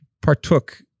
partook